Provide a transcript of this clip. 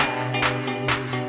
eyes